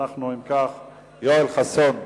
יואל חסון,